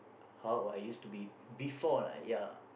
how I used to be before right ya